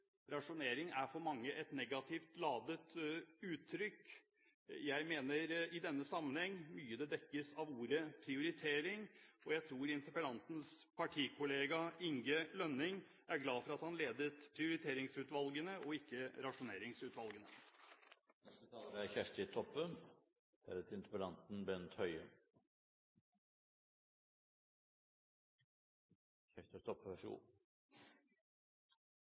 Rasjonering er for mange et negativt ladet uttrykk. Jeg mener i denne sammenheng at mye dekkes av ordet prioritering, og jeg tror interpellantens partikollega Inge Lønning er glad for at han ledet prioriteringsutvalgene og ikke rasjoneringsutvalgene. Takk til interpellanten for å fremma ein interessant politisk debatt. Eg registrerer at Høgre er